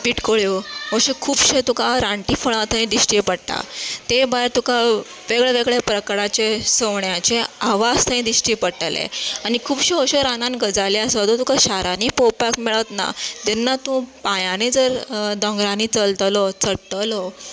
पिटकोळ्यो अशे खुबशे तुका राणटी फळां थंय दिश्टी पडटा तें भायर तुका वेगळे वेगळे प्रकाराचे सवण्याचे आवाज थंय दिश्टी पडटले आनी खुबश्यो अश्यो रानान गजाली आसात ज्यो तुका शारांनी पळोपाक मेळत ना जेन्ना तू पायांनी जर दोंगरानी चलतलो चडटलो